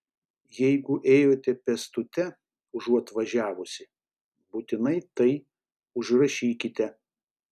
jeigu ėjote pėstute užuot važiavusi būtinai tai užrašykite